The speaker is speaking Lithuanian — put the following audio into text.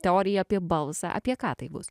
teorija apie balsą apie ką tai bus